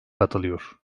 katılıyor